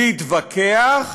להתווכח,